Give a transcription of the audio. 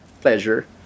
pleasure